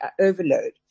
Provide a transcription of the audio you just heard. overload